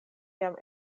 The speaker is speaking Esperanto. jam